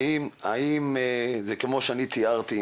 האם זה כמו שתיארתי,